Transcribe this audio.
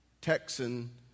Texan